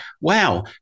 wow